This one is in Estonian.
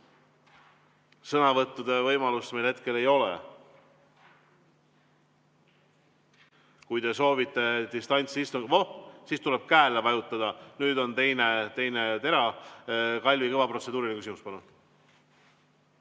Sõnavõttude võimalust meil hetkel ei ole. Kui te soovite distantsistungil ... Voh! Siis tuleb käele vajutada. Nüüd on teine tera. Kalvi Kõva, protseduuriline küsimus, palun!